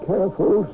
careful